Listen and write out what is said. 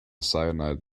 cyanide